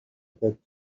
got